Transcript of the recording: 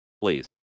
please